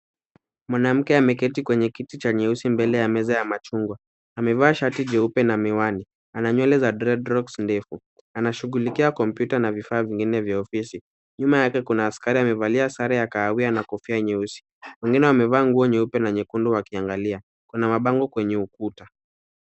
Mwanamke ameketi kwenye kiti cha nyeusi mbele ya meza ya machungwa. Amevaa shati jeupe na miwani. Ananywele za dreadlocks ndefu. Anashugulikia computer na vifaa vingine vya ofisi. Nyuma yake kuna askari amevalia sare ya kahawia na kofia ya nyeusi. Mwengine wamevaa nguo nyeupe na nyekundu wakiangalia. Kuna mabango kwenye ukuta.